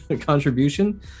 contribution